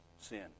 sin